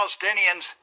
Palestinians